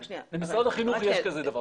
במשרד החינוך יש כזה דבר.